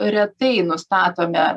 retai nustatome